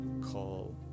call